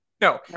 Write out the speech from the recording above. No